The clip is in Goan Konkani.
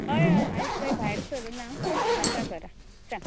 हय हय आयज खंय भायर सरुना आसां घरा सांग